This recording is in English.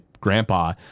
Grandpa